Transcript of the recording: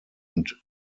und